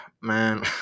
man